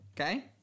okay